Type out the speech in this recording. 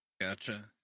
Gotcha